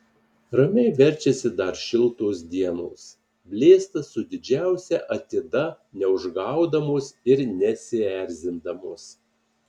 ramiai verčiasi dar šiltos dienos blėsta su didžiausia atida neužgaudamos ir nesierzindamos